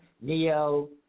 Neo